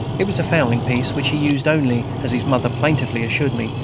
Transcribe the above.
it was a fowling-piece, which he used only, as his mother plaintively assured me,